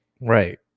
right